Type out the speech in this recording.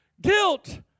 guilt